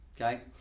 okay